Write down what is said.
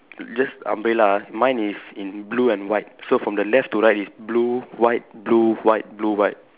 just umbrella ah mine is in blue and white so from the left to right it's blue white blue white blue white